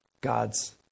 God's